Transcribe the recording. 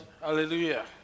Hallelujah